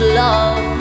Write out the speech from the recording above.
love